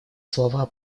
слова